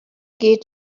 geht